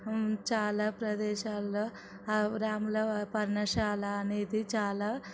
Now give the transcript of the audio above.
చాలా ప్రదేశాల్లో రాముల పర్ణశాల అనేది చాలా